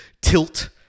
tilt